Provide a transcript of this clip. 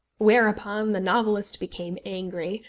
whereupon the novelist became angry,